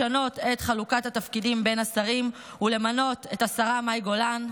לשנות את חלוקת התפקידים בין השרים ולמנות את השרה מאי גולן,